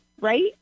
right